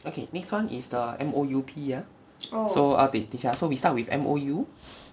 okay next one is the M O U P ah so all they 等一下 ah so we start with M O U